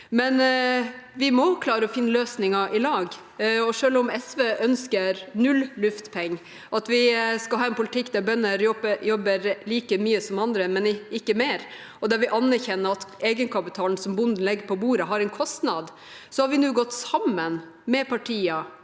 Men vi må klare å finne løsninger i lag. Selv om SV ønsker null luftpenger – at vi skal ha en politikk der bønder jobber like mye som andre og ikke mer, og vi anerkjenner at egenkapitalen som bonden legger på bordet, har en kostnad – har vi nå gått sammen med andre